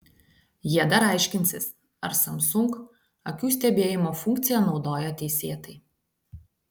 jie dar aiškinsis ar samsung akių stebėjimo funkciją naudoja teisėtai